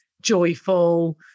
joyful